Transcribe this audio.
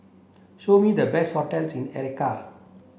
show me the best hotels in Accra